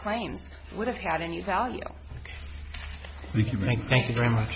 claims would have had any value we can make thank you very much